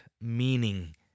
meaning